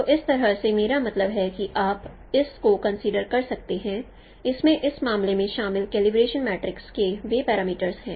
तो इस तरह से मेरा मतलब है कि आप इस को कंसीडर कर सकते हैं इसमें इस मामले में शामिल कलीब्रेशन मैट्रिक्स के वे पैरामीटरस हैं